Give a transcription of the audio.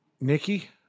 Nikki